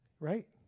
Right